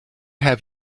have